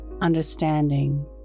understanding